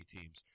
teams